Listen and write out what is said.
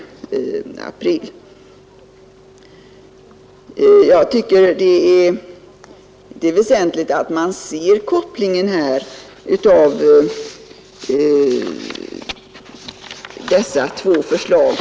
43 Jag tycker det är väsentligt att man ser kopplingen av dessa två förslag.